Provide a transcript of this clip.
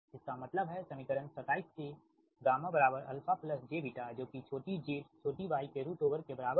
इसका मतलब है समीकरण 27 से γαjβ जो कि छोटी z छोटी y के रूट ओवर के बराबर है